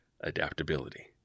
Adaptability